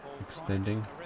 extending